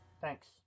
Thanks